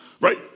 Right